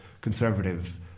conservative